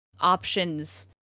options